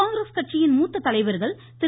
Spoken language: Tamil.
காங்கிரஸ் கட்சியின் மூத்த தலைவர்கள் திரு